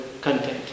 content